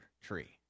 tree